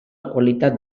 qualitat